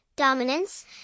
dominance